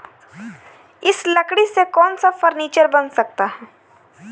इस लकड़ी से कौन सा फर्नीचर बन सकता है?